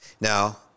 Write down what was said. Now